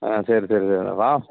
ஆ சரி சரி சரிங்க வா